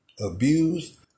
abused